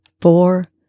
four